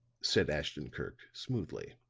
said ashton-kirk, smoothly.